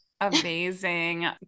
Amazing